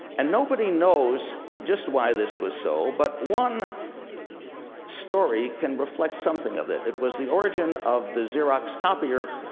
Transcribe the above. and nobody knows just why this was so, but one story can reflect something of it. it was the origin of the xerox copier,